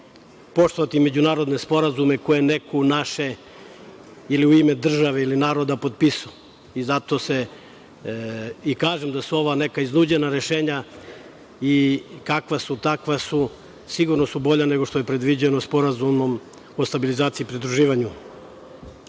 poštovati međunarodne sporazume koje je neko u naše ili u ime države, ili naroda potpisao. Zato i kažem da su ovo neka iznuđenja rešenja i kakva su, takva su. Sigurno su bolja nego što je predviđeno Sporazumom o stabilizaciji i pridruživanju. Zbog